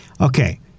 Okay